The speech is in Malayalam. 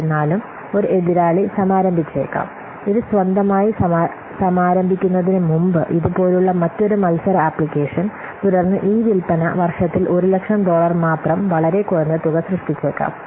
എന്നിരുന്നാലും ഒരു എതിരാളി സമാരംഭിച്ചേക്കാം ഇത് സ്വന്തമായി സമാരംഭിക്കുന്നതിനുമുമ്പ് ഇതുപോലുള്ള മറ്റൊരു മത്സര ആപ്ലിക്കേഷൻ തുടർന്ന് ഈ വിൽപ്പന വർഷത്തിൽ 100000 ഡോളർ മാത്രം വളരെ കുറഞ്ഞ തുക സൃഷ്ടിച്ചേക്കാം